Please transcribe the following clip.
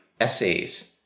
essays